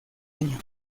año